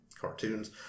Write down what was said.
cartoons